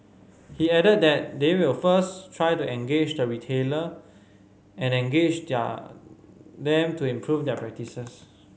he added that they will first try to engage the retailer and engage their them to improve their practices